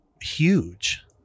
huge